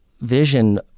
vision